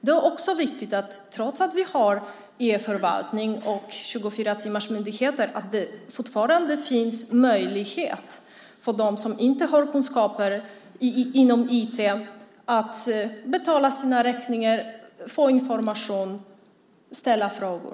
Det är viktigt att det fortfarande, trots att vi har e-förvaltning och 24-timmarsmyndigheter, finns möjlighet för dem som inte har kunskaper inom IT att betala sina räkningar, få information och ställa frågor.